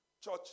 Church